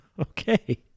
Okay